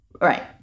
Right